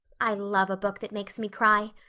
i love a book that makes me cry.